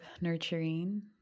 nurturing